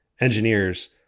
engineers